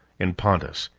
in pontus,